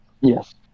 yes